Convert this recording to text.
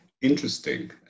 interesting